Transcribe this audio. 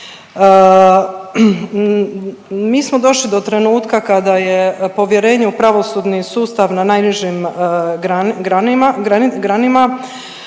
Mi smo došli do trenutka kada je povjerenje u pravosudni sustav na najnižim granama.